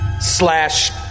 Slash